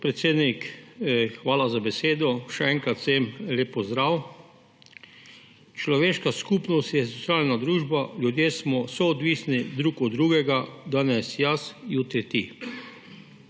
Podpredsednik, hvala za besedo. Še enkrat vsem lep pozdrav! Človeška skupnost je socialna družba, ljudje smo soodvisni drug od drugega, danes jaz, jutri ti.